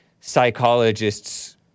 psychologists